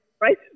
right